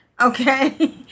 Okay